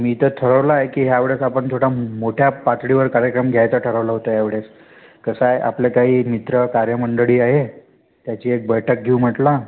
मी तर ठरवलं आहे की ह्यावेळेस आपण थोडा मोठ्या पातळीवर कार्यक्रम घ्यायचा ठरवला होता यावेळेस कसं आहे आपले काही मित्र कार्य मंडळी आहे त्याची एक बैठक घेऊ म्हटलं